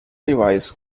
device